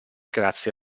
grazie